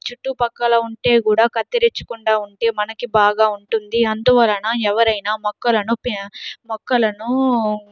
చుట్టుపక్కల ఉంటే కూడా కత్తిరించకుండా ఉంటే మనకి బాగా ఉంటుంది అందువలన ఎవరైనా మొక్కలను పే మొక్కలనూ